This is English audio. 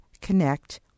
Connect